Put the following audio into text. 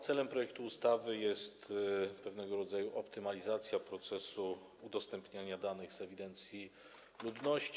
Celem projektu ustawy jest pewnego rodzaju optymalizacja procesu udostępniania danych z ewidencji ludności.